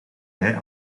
bij